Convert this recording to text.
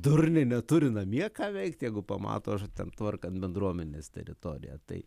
durniai neturi namie ką veikt jeigu pamato ten tvarkant bendruomenės teritoriją tai